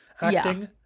acting